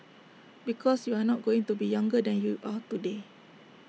because you are not going to be younger than you are today